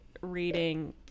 reading